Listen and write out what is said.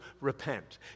repent